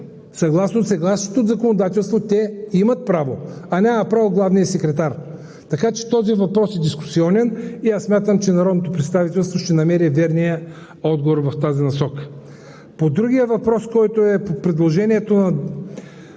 Съгласно сегашното законодателство те имат право, а няма право главният секретар. Така че този въпрос е дискусионен и аз смятам, че народното представителство ще намери верния отговор в тази насока. По предложението за